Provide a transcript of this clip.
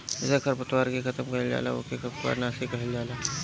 जेसे खरपतवार के खतम कइल जाला ओके खरपतवार नाशी कहल जाला